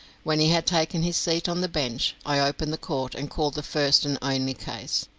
when he had taken his seat on the bench, i opened the court, and called the first and only case.